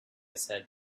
said